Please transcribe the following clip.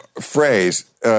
phrase